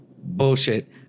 Bullshit